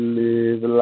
live